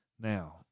Now